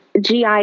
GI